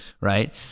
right